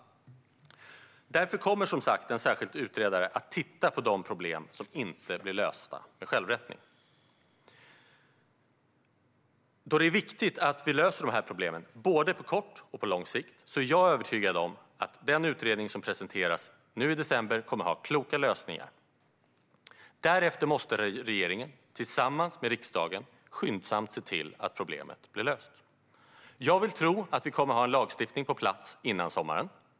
Därför kommer, som sagt, en särskild utredare att titta på de problem som inte blir lösta med självrättning. Då det är viktigt att vi löser de här problemen, både på kort och på långt sikt, är jag övertygad om att den utredning som presenteras nu i december kommer att ha kloka lösningar. Därefter måste regeringen tillsammans med riksdagen skyndsamt se till att problemet blir löst. Jag vill tro att vi kommer att ha en lagstiftning på plats före sommaren.